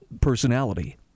personality